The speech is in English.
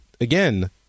again